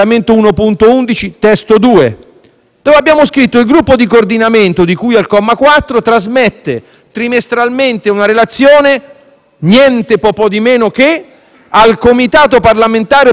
abbiamo scritto che il gruppo di coordinamento di cui al comma 4 trasmetta trimestralmente una relazione nientemeno che al Comitato parlamentare per la sicurezza della Repubblica